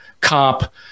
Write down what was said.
cop